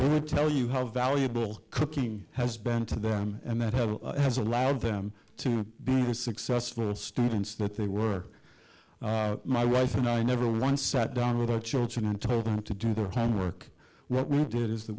today would tell you how valuable cooking has been to them and that have has allowed them to have been successful students that they were my wife and i never once sat down with our children and told them to do their homework what we did is that